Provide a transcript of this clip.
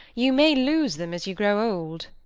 you may lose them as you grow old.